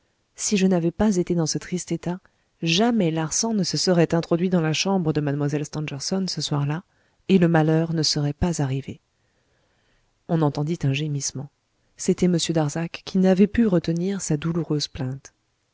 si je n'avais pas été dans ce triste état jamais larsan ne se serait introduit dans la chambre de mlle stangerson ce soir-là et le malheur ne serait pas arrivé on entendit un gémissement c'était m darzac qui n'avait pu retenir sa douloureuse plainte